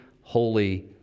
holy